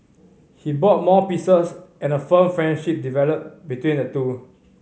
he bought more pieces and a firm friendship developed between the two